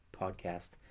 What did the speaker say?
podcast